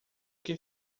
que